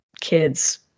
kids